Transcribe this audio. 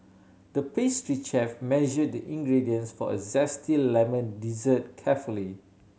the pastry chef measured the ingredients for a zesty lemon dessert carefully